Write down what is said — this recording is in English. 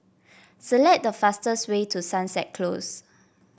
select the fastest way to Sunset Close